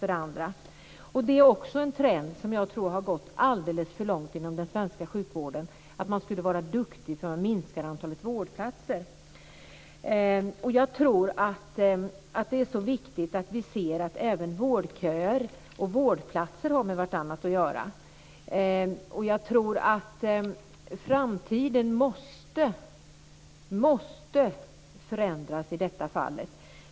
Det är en trend inom den svenska sjukvården som har gått alldeles för långt, dvs. att man är duktig om man minskar antalet vårdplatser. Det är viktigt att vi ser att vårdköer och vårdplatser har med varandra att göra. Framtiden måste förändras i detta fall.